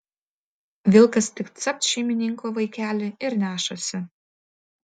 vilkas tik capt šeimininko vaikelį ir nešasi